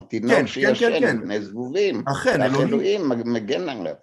תדמיין שיש איננו, נהזרובים, אנחנו אלוהים, מגן לנו להפך.